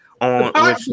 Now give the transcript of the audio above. on